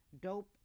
dope